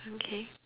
okay